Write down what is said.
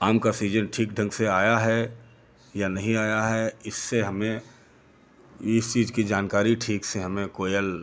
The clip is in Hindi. आम का सीजन ठीक ढंग से आया है या नहीं आया है इससे हमें इस चीज की जानकारी ठीक से हमें कोयल